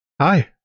hi